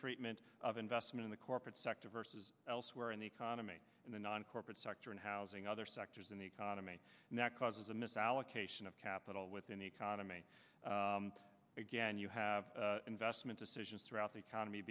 treatment of investment in the corporate sector versus elsewhere in the economy in the non corporate sector and housing other sectors in the economy and that causes a misallocation of capital within the economy again you have investment decisions throughout the economy